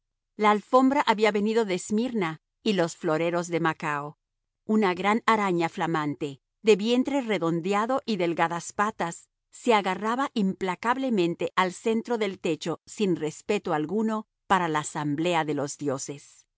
la alfombra había venido de esmirna y los floreros de macao una gran araña flamante de vientre redondeado y delgadas patas se agarraba implacablemente al centro del techo sin respeto alguno para la asamblea de los dioses